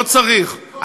לא צריך.